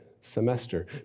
semester